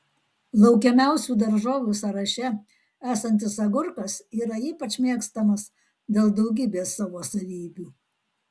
laukiamiausių daržovių sąraše esantis agurkas yra ypač mėgstamas dėl daugybės savo savybių